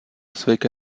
světě